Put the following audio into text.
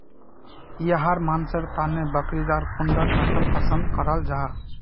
याहर मानसेर तने बकरीर कुंडा नसल पसंद कराल जाहा?